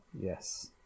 Yes